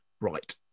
Right